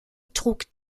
trug